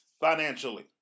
financially